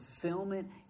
fulfillment